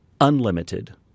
unlimited